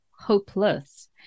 hopeless